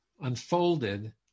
Unfolded